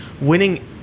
winning